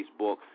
Facebook